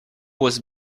was